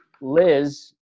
Liz